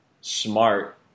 smart